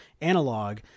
analog